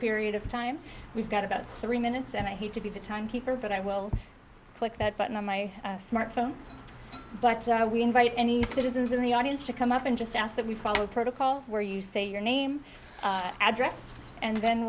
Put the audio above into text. period of time we've got about three minutes and i hate to be the time keeper but i will click that button on my smart phone but we invite any citizens in the audience to come up and just ask that we follow protocol where you say your name address and then